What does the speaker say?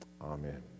Amen